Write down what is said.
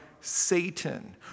Satan